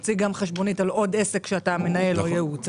על עוד עסק שאתה מנהל או ייעוץ,